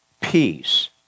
Peace